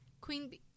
Queen